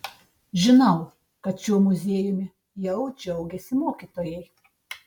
žinau kad šiuo muziejumi jau džiaugiasi mokytojai